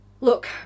look